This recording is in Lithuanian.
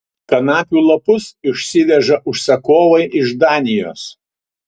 kanapių lapus išsiveža užsakovai iš danijos